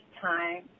time